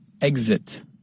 Exit